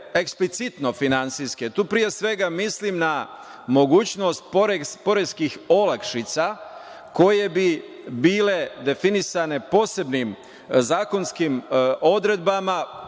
eksplicitno finansijske. Tu pre svega mislim na mogućnost poreskih olakšica koje bi bile definisane posebnim zakonskim odredbama.